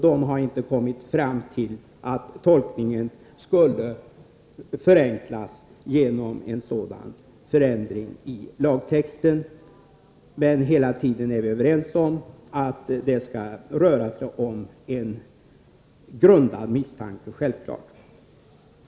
De har inte kommit fram till att tolkningen skulle förenklas genom en sådan förändring i lagtexten. Men vi är hela tiden överens om att det självfallet skall röra sig om en grundad misstanke.